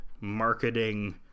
marketing